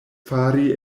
fari